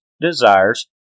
desires